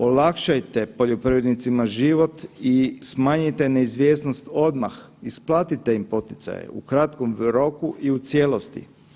Olakšajte poljoprivrednicima život i smanjite neizvjesnost odmah, isplatite im poticaje u kratkom roku i u cijelosti.